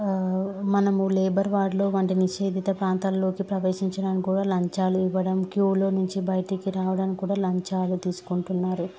మనము లేబర్ వార్డ్లో వంటి నిషేధిత ప్రాంతాల్లోకి ప్రవేశించడానికి కూడా లంచాలు ఇవ్వడం క్యూలో నుంచి బయటికి రావడానికి కూడా లంచాలు తీసుకుంటున్నారు